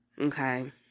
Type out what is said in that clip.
Okay